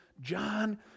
John